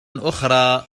أخرى